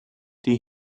die